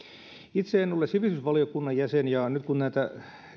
itse en ole sivistysvaliokunnan jäsen ja nyt kun näitä